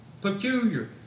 peculiar